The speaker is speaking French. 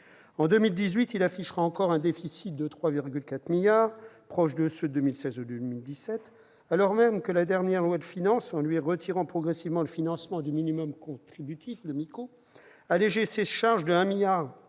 En 2018, il affichera encore un déficit de 3,4 milliards d'euros, proche de ceux de 2016 et de 2017, alors même que la dernière loi de financement de la sécurité sociale, en lui retirant progressivement le financement du minimum contributif, le MICO, allégeait ses charges de 1 milliard